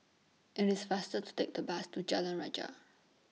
IT IS faster to Take The Bus to Jalan Rajah